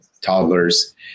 toddlers